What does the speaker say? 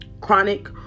chronic